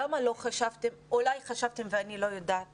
למה לא חשבתם - אולי חשבתם ואני לא יודעת